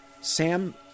Sam